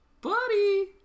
buddy